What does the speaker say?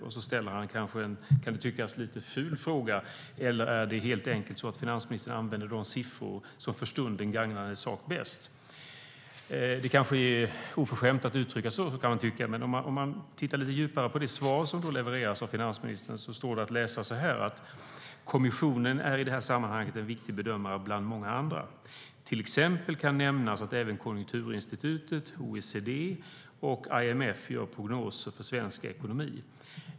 Sedan ställer han en lite ful fråga, kan tyckas, nämligen om det i stället helt enkelt är så att finansministern använder de siffror som för stunden gagnar hennes sak bäst. Man kanske kan tycka att det är oförskämt att uttrycka sig så, men om man tittar lite djupare på det skriftliga svar som levererats av finansministern kan man läsa följande: "Kommissionen är i det sammanhanget en viktig bedömare bland många andra. Till exempel kan nämnas att även Konjunkturinstitutet, OECD och IMF gör prognoser för svensk ekonomi.